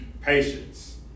patience